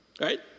Right